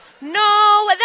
No